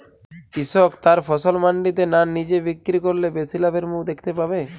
কৃষক তার ফসল মান্ডিতে না নিজে বিক্রি করলে বেশি লাভের মুখ দেখতে পাবে?